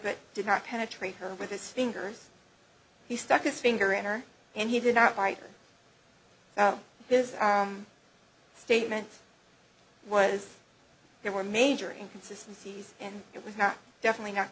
but did not penetrate her with his fingers he stuck his finger in her and he did not bite his statement was there were major in consistencies and it was not definitely not